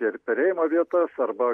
ir perėjimo vietas arba